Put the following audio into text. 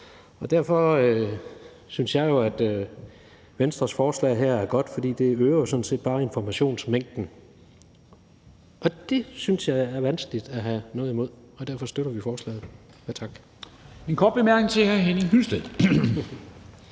og derfor synes jeg, at Venstres forslag her er godt, for det øger jo sådan set bare informationsmængden, og det synes jeg er vanskeligt at have noget imod, og derfor støtter vi forslaget. Kl. 11:28 Formanden (Henrik Dam